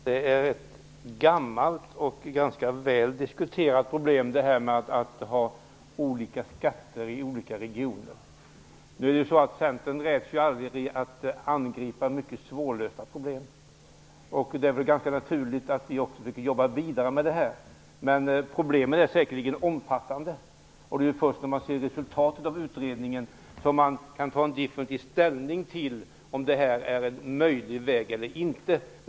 Fru talman! Det här med olika skatter i olika regioner är ett gammalt och ganska väl diskuterat problem. Centern räds aldrig att angripa mycket svårlösta problem. Det är därför naturligt att vi försöker att jobba vidare med detta. Men problemen är säkerligen omfattande. Det är först när man ser resultatet av utredningen som man kan ta ställning till huruvida detta är en möjlig väg eller inte.